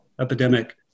epidemic